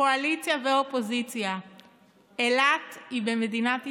קואליציה ואופוזיציה: אילת היא במדינת ישראל.